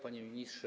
Panie Ministrze!